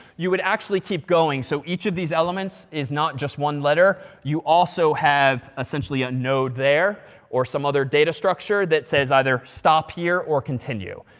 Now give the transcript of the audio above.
you would actually keep going. so each of these elements is not just one letter. you also have essentially a node there or some other data structure that says either stop here or continue.